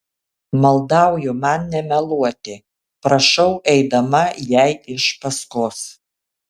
maldauju man nemeluoti prašau eidama jai iš paskos